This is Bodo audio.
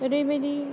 ओरैबायदि